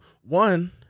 one